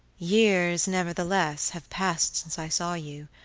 years, nevertheless, have passed since i saw you,